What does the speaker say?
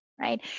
right